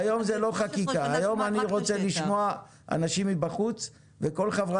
היום אני רוצה לשמוע אנשים מבחוץ וכל חברי